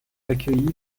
accueilli